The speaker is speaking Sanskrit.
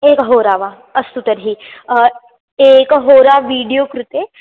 एकहोरा वा अस्तु तर्हि एकहोरा वीडियो कृते